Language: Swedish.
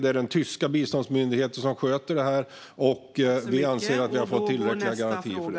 Det är den tyska biståndsmyndigheten som sköter detta, och vi anser att vi har fått tillräckliga garantier för det.